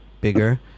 bigger